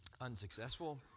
Unsuccessful